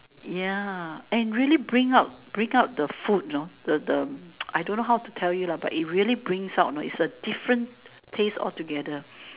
yeah and really bring out bring out the food you know the the I don't know how to tell you lah but it really brings out you know it's a different taste all together